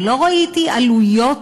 ולא ראיתי עלויות